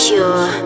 Pure